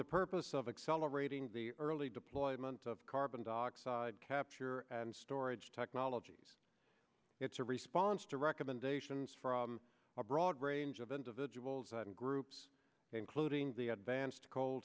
the purpose of accelerating the early deployment of carbon dioxide capture and storage technologies it's a response to recommendations from a broad range of individuals and groups including the advanced co